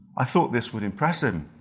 i thought this would impress him,